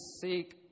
seek